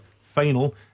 final